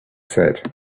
said